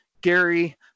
Gary